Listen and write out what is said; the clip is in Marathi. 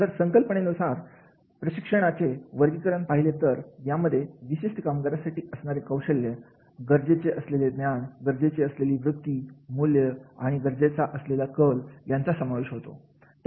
जर संकल्पनेनुसार प्रशिक्षणाचे वर्गीकरण पाहिले तर यामध्ये विशिष्ट कामगिरीसाठी असणारे कौशल्य गरजेचे असलेले ज्ञान गरजेची असलेली वृत्ती मूल्य आणि गरजेचा असलेला कल यांचा समावेश होतो